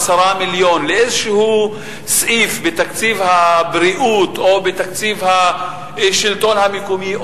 או עשרה לאיזשהו סעיף בתקציב הבריאות או בתקציב השלטון המקומי,